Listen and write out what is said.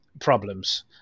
problems